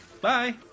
Bye